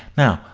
now,